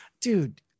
Dude